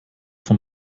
von